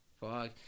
Fuck